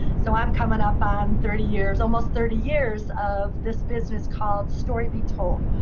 so i'm coming up on thirty years almost thirty years of this business called story be told.